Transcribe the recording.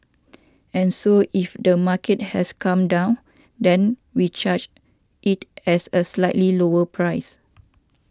and so if the market has come down then we charge it as a slightly lower price